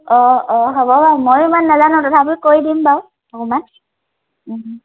অঁ অঁ হ'ব বাৰু ময়ো ইমান নাজানো তথাপিও কৰি দিম বাৰু অকণমান